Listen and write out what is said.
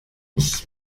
ich